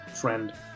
friend